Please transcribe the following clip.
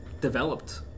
developed